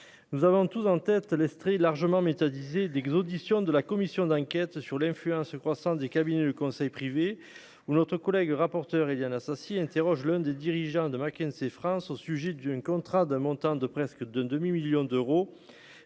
nous avons tous en tête l'Estrie largement métallisé dès qu'ils auditions de la commission d'enquête sur l'influence croissante des cabinets de conseil privés ou notre collègue rapporteur Éliane Assassi interroge l'un des dirigeants de McCain McKinsey France au sujet du un contrat d'un montant de presque d'un demi 1000000 d'euros,